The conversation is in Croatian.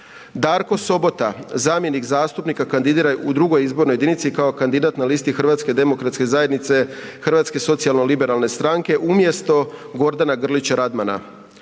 Darko Sobota, zamjenik zastupnika kandidiranog u 2. izbornoj jedinici kao kandidat na listi Hrvatske demokratske zajednice, HDZ, Hrvatsko socijalno-liberalne stranke, HSLS umjesto Gordan Grlića Radmana;